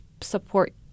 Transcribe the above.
support